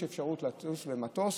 יש אפשרות לטוס במטוס,